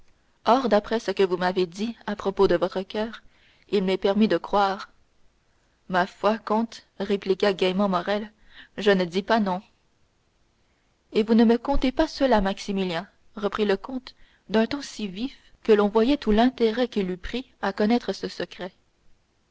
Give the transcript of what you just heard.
d'après ce que vous m'avez dit à propos de votre coeur il m'est permis de croire ma foi comte répliqua gaiement morrel je ne dis pas non et vous ne me contez pas cela maximilien reprit le comte d'un ton si vif que l'on voyait tout l'intérêt qu'il eût pris à connaître ce secret